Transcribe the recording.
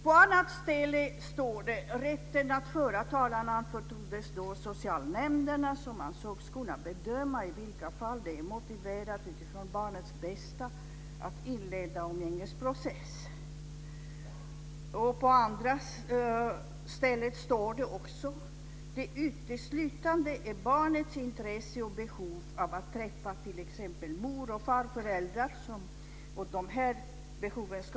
På annat ställe står det: "Rätten att föra talan anförtroddes socialnämnderna, som ansågs kunna bedöma i vilka fall det är motiverat utifrån barnets bästa att inleda umgängesprocess." Vidare står det att "det uteslutande är barnets intresse och behov av att träffa t.ex. mor och farföräldrar som skall tillgodoses".